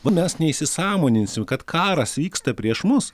o mes neįsisąmoninsim kad karas vyksta prieš mus